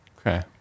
Okay